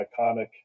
iconic